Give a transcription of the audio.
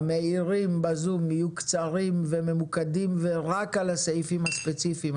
המעירים ב-זום יהיו קצרים וממוקדים ויתייחסו רק לסעיפים הספציפיים.